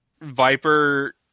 Viper